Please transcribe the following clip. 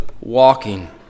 walking